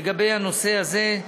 לגבי הנושא הזה,